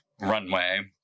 Runway